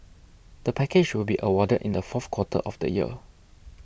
the package will be awarded in the fourth quarter of the year